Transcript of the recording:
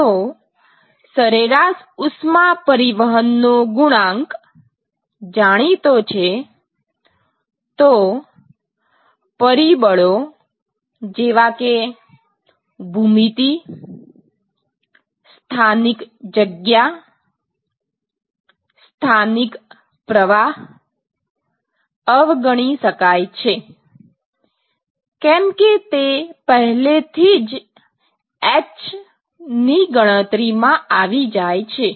જો સરેરાશ ઉષ્મા પરિવહનનો ગુણાંક જાણીતો છે તો પરિબળો જેવા કે ભૂમિતિ સ્થાનિક જગ્યા સ્થાનિક પ્રવાહ અવગણી શકાય છે કેમકે તે પહેલેથી જ h ની ગણતરીમાં આવી જાય છે